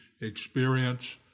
experience